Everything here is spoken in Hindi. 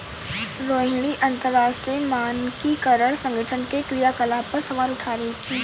रोहिणी अंतरराष्ट्रीय मानकीकरण संगठन के क्रियाकलाप पर सवाल उठा रही थी